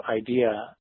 idea